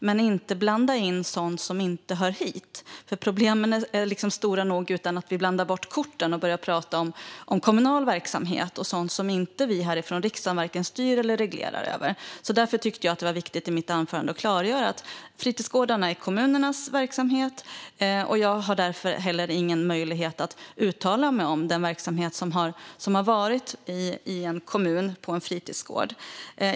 Men vi ska inte blanda in sådant som inte hör hit. Problemen är stora nog utan att vi blandar bort korten och börjar att tala om kommunal verksamhet och sådant som vi här ifrån riksdagen varken styr eller reglerar. Därför tyckte jag att det var viktigt att i mitt anförande klargöra att fritidsgårdarna är kommunernas verksamhet. Jag har därför heller ingen möjlighet att uttala mig om den verksamhet som har varit i en kommun på en fritidsgård.